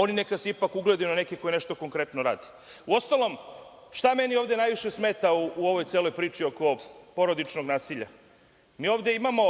oni neka se ipak ugledaju na neke koji nešto konkretno rade. Uostalom, šta meni ovde najviše smeta u ovoj celoj priči oko porodičnog nasilja? Mi ovde imamo